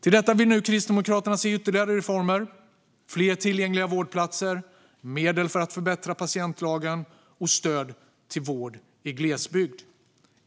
Till detta vill nu Kristdemokraterna se ytterligare reformer: fler tillgängliga vårdplatser, medel för att förbättra patientlagen, stöd till vård i glesbygd